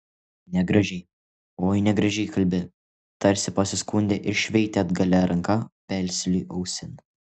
negražiai oi negražiai kalbi tarsi pasiskundė ir šveitė atgalia ranka pesliui ausin